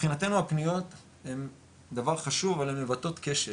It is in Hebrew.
מבחינתנו הפניות הן דבר חשוב אבל הן מבטאות כשל,